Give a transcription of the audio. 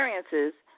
experiences